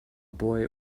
boy